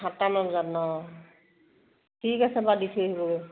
সাতটামান বজাত অঁ ঠিক আছে বাৰু দি থৈ আহিবগৈ